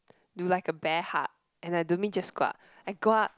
do like a bear hug and I don't mean just go up I go up